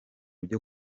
byo